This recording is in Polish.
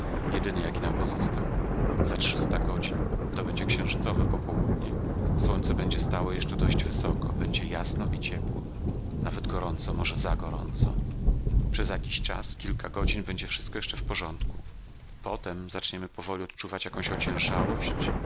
jedyny jaki nam pozostał za trzysta godzin to będzie księżycowe popołudnie słońce będzie stało jeszcze dość wysoko będzie jasno i ciepło nawet gorąco może za gorąco przez jakiś czas kilka godzin będzie wszystko jeszcze w porządku po tem zaczniemy powoli odczuwać jakąś ociężałość